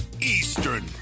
Eastern